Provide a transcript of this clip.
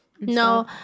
No